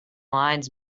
lines